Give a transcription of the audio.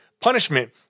punishment